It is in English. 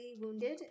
wounded